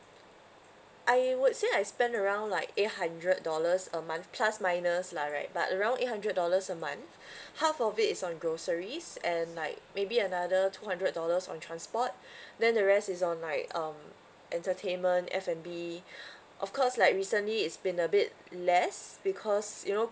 I would say I spend around like eight hundred dollars a month plus minus lah right but around eight hundred dollars a month half of it is on groceries and like maybe another two hundred dollars on transport then the rest is on like um entertainment F&B of course like recently it's been a bit less because you know